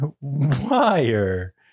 wire